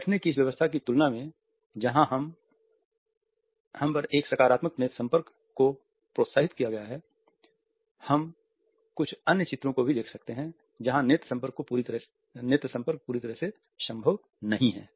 बैठने की इस व्यवस्था की तुलना में जहां पर एक सकारात्मक नेत्र संपर्क को प्रोत्साहित किया गया है हम कुछ अन्य चित्रों को भी देख सकते हैं जहां नेत्र संपर्क पूरी तरह से संभव नहीं है